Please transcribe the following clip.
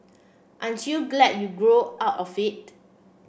aren't you glad you grew out of it